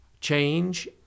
Change